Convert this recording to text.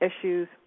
issues